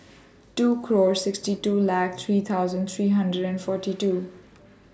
two clause sixty two lac three thousand three hundred and forty two